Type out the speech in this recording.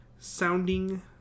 sounding